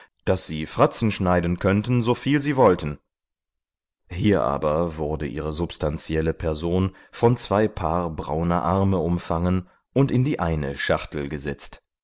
daß sie fratzen schneiden könnten soviel sie wollten hier wurde aber ihre substantielle person von zwei paar brauner arme umfangen und in die eine schachtel gesetzt